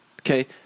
Okay